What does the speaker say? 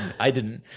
i didn't